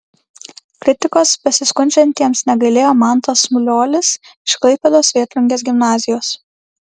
kritikos besiskundžiantiems negailėjo mantas muliuolis iš klaipėdos vėtrungės gimnazijos